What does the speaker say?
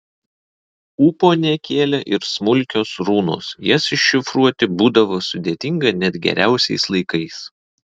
ūpo nekėlė ir smulkios runos jas iššifruoti būdavo sudėtinga net geriausiais laikais